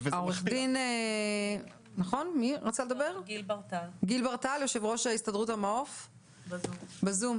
עו"ד גיל בר-טל, יושב-ראש הסתדרות המעו"ף, בבקשה.